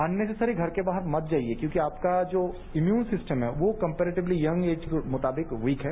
unnecessary घर के बाहर मत जाइए क्योंकि आपका जो इम्युन सिस्टम है वो कम्पेरेटिवली यंग ऐज के मुताबिक वीक है